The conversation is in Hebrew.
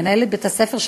מנהלת בית-הספר,